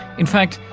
in fact,